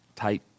type